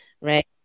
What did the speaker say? right